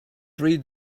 three